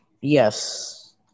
Yes